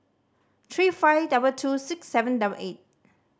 three five double two six seven double eight